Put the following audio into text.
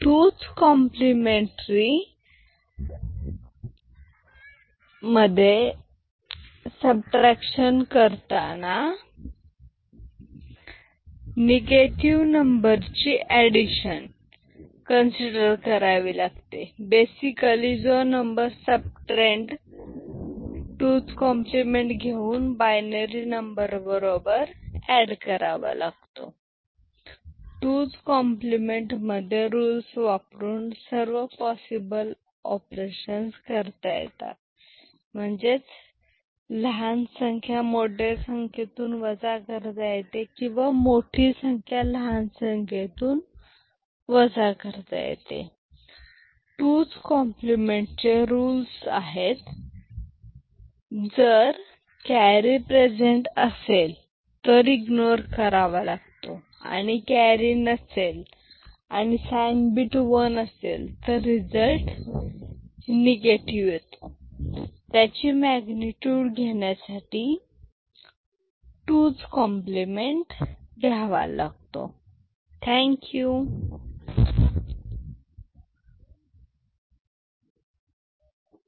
2s complement representation मध्ये subtraction करताना negative नंबरची एडिशन कन्सिडर करावी लागते बेसिकली जो नंबर subtrahend 2s कॉम्प्लिमेंट घेऊन बायनरी नंबर बरोबर एड करावा लागतो 2s कॉम्प्लिमेंट मध्ये रूल्स वापरून सर्व पॉसिबल ऑपरेशन्स करता येतात म्हणजेच लहान संख्या मोठ्या संख्येतून वजा करता येते किंवा मोठी संख्या लहान संख्येतून वजा करता येते 2s कॉम्प्लिमेंट चे रुल्स आहेत जर कॅरी प्रेझेंट असेल तर इग्नोर करावा लागतो आणि कॅरी नसेल आणि साइन बीट वन असेल तर रिझल्ट निगेटिव येतो त्याची मॅग्नेट्युड घेण्यासाठी 2s कॉम्प्लिमेंट घ्यावा लागतो धन्यवाद